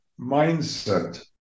mindset